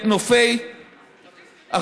את נופי ארצנו,